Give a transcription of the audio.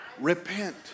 Repent